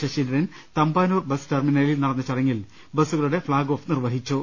Saseendran Thampanoor bus ടെർമിനലിൽ നടന്ന ചട ങ്ങിൽ ബസുകളുടെ ഫ്ളാഗ് ഓഫ് നിർവഹിച്ചു